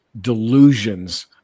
delusions